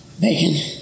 Bacon